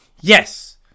Yes